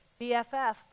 bff